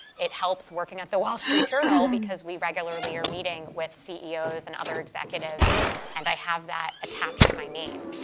it helps working at the wall street journal, because we regularly are meeting with ceos and other executives and i have that attached to my name.